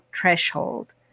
threshold